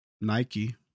Nike